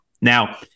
Now